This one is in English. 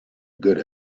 good